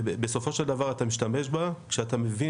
בסופו של דבר אתה משתמש בה כשאתה מבין